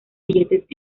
billetes